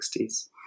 1960s